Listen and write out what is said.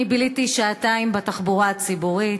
אני ביליתי שעתיים בתחבורה הציבורית,